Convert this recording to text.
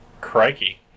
Crikey